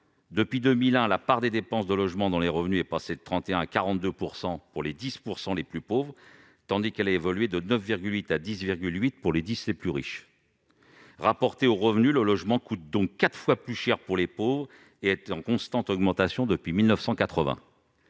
depuis 2001, la part des dépenses de logement dans les revenus est passée de 31 % à 42 % pour les 10 % les plus pauvres, tandis qu'elle a évolué de 9,8 % à 10,8 % pour les 10 % les plus riches. Rapporté aux revenus, le logement coûte donc quatre fois plus cher pour les pauvres, et son poids est en constante augmentation depuis 1980.